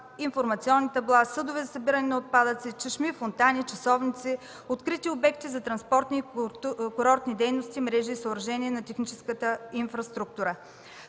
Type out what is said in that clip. информационни табла, съдове за събиране на отпадъци, чешми, фонтани, часовници, открити обекти за транспортни и курортни дейности, мрежи и съоръжения за техническата инфраструктура.